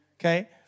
Okay